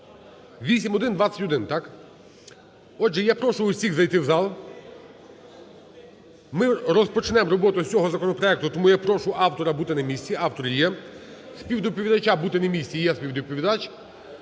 8121, так? Отже, я прошу всіх зайти в зал. Ми розпочнемо роботу з цього законопроекту. Тому я прошу автора бути на місці. Автор є. Співдоповідача бути на місці. Є співдоповідач.